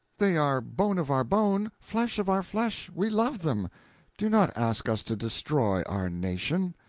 they are bone of our bone, flesh of our flesh, we love them do not ask us to destroy our nation!